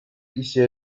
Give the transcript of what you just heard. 一些